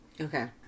Okay